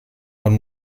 wann